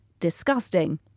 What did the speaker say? disgusting